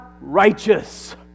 righteous